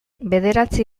bederatzi